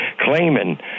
claiming